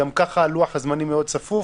גם ככה לוח-הזמנים מאוד צפוף